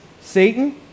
Satan